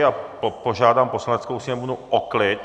A požádám Poslaneckou sněmovnu o klid.